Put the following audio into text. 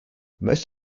most